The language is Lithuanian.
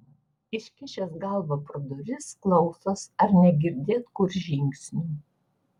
iškišęs galvą pro duris klausos ar negirdėt kur žingsnių